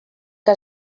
que